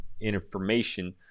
information